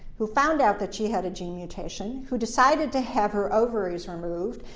who found out that she had a gene mutation, who decided to have her ovaries removed,